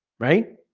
right